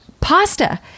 pasta